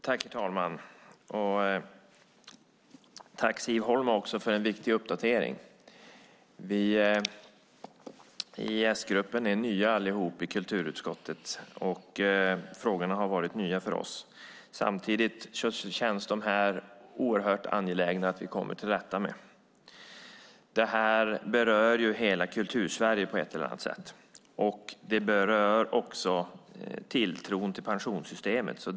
Herr talman! Tack, Siv Holma, för en viktig uppdatering! Vi i S-gruppen i kulturutskottet är nya allihop. Frågorna har varit nya för oss. Samtidigt känns det oerhört angeläget att vi kommer till rätta med detta. Det här berör hela Kultursverige, på ett eller annat sätt. Det berör också tilltron till pensionssystemet.